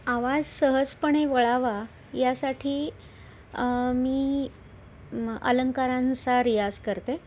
आवाज सहजपणे वळावा यासाठी मी मग अलंकारांचा रियाज करते